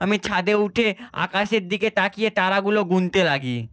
আমি ছাদে উঠে আকাশের দিকে তাকিয়ে তারাগুলো গুনতে লাগি